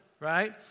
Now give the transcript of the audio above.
right